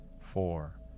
four